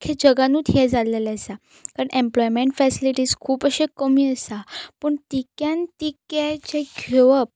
आख्ख्या जगांनूच हें जाल्लेलें आसा कारण ऍम्प्लॉयमँट फॅसिलिटीझ खूब अशें कमी आसा पूण तिक्यान तितके जें घेवप